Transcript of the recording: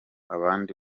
abandi